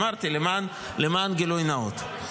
אמרתי, למען גילוי נאות.